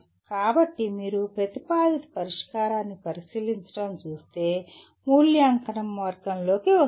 కాబట్టి మీరు ప్రతిపాదిత పరిష్కారాన్ని పరిశీలించడం చూస్తే మూల్యాంకనం వర్గంలోకి వస్తుంది